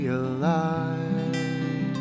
alive